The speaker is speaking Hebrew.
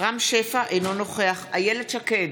רם שפע, אינו נוכח אילת שקד,